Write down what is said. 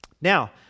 Now